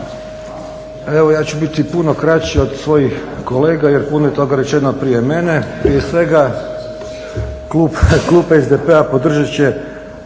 Evo ja ću biti puno kraći od svojih kolega jer puno je toga rečeno prije mene. Prije svega, klub SDP-a podržat će